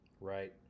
Right